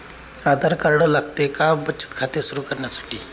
आधार card लागते का बचत खाते सुरू करण्यासाठी?